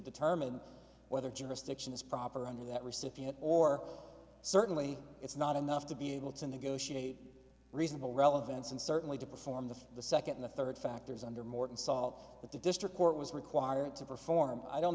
determine whether jurisdiction is proper under that recipient or certainly it's not enough to be able to negotiate reasonable relevance and certainly to perform the the second the third factors under morton salt that the district court was required to perform i don't